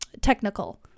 technical